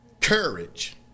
courage